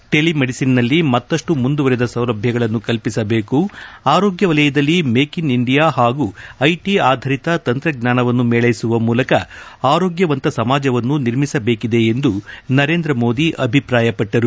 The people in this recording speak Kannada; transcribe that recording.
ಟೆಲಿಮೆಡಿಸಿನ್ನಲ್ಲಿ ಮತ್ತಷ್ಟು ಮುಂದುವರೆದ ಸೌಲಭ್ಯಗಳನ್ನು ಕಲ್ಪಿಸಬೇಕು ಆರೋಗ್ಯ ವಲಯದಲ್ಲಿ ಮೇಕ್ ಇನ್ ಇಂಡಿಯಾ ಹಾಗೂ ಐಟಿ ಆಧಾರಿತ ತಂತ್ರಜ್ಞಾನವನ್ನು ಮೇಳ್ಳಿಸುವ ಮೂಲಕ ಆರೋಗ್ಯವಂತ ಸಮಾಜವನ್ನು ನಿರ್ಮಿಸಬೇಕಿದೆ ಎಂದು ನರೇಂದ್ರ ಮೋದಿ ಅಭಿಪ್ರಾಯ ಪಟ್ಟರು